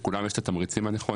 לכולם יש את התמריצים הנכונים,